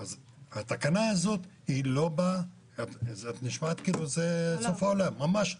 התקנה הזאת נשמעת כנושא סוף העולם, ממש לא.